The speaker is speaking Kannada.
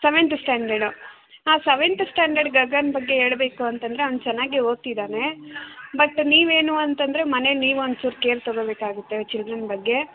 ಸೆವೆಂಥ್ ಸ್ಟ್ಯಾಂಡರ್ಡು ಹಾಂ ಸೆವೆಂಥ್ ಸ್ಟ್ಯಾಂಡರ್ಡ್ ಗಗನ್ ಬಗ್ಗೆ ಹೇಳಬೇಕು ಅಂತಂದರೆ ಅವ್ನು ಚೆನ್ನಾಗೇ ಓದ್ತಿದ್ದಾನೆ ಬಟ್ ನೀವೇನು ಅಂತಂದರೆ ಮನೇಲಿ ನೀವು ಒಂಚೂರು ಕೇರ್ ತಗೋಬೇಕಾಗುತ್ತೆ ಚಿಲ್ಡ್ರನ್ ಬಗ್ಗೆ